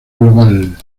global